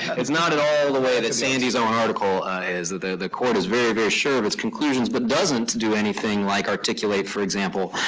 it's not at all the way that sandy's own article is. the the court is very, very sure of its conclusions, but doesn't do anything like articulate, for example,